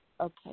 Okay